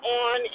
on